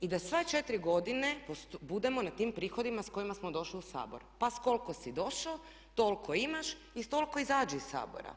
i da sve četiri godine budemo na tim prihodima s kojima smo došli u Sabor, pa s koliko s došao toliko imaš i s toliko izađi iz Sabora.